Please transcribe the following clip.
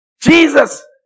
Jesus